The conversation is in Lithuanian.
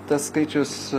tas skaičius